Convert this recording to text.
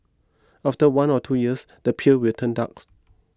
after one or two years the peel will turn darks